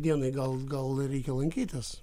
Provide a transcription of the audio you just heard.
dienai gal gal ir reikia lankytis